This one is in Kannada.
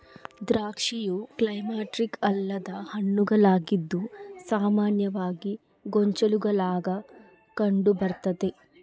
ದ್ರಾಕ್ಷಿಯು ಕ್ಲೈಮ್ಯಾಕ್ಟೀರಿಕ್ ಅಲ್ಲದ ಹಣ್ಣುಗಳಾಗಿದ್ದು ಸಾಮಾನ್ಯವಾಗಿ ಗೊಂಚಲುಗುಳಾಗ ಕಂಡುಬರ್ತತೆ